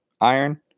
iron